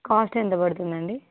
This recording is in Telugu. కాస్ట్ ఎంత పడుతుందండి